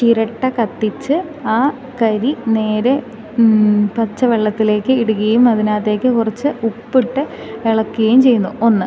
ചിരട്ട കത്തിച്ചു ആ കരി നേരെ പച്ച വെള്ളത്തിലേക്ക് ഇടുകയും അതിനകത്തേക്ക് കുറച്ചു ഉപ്പിട്ട് ഇളക്കുകയും ചെയ്യുന്നു ഒന്ന്